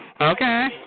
okay